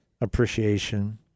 appreciation